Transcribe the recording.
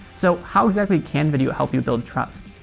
so how exactly can video help you build trust?